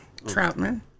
Troutman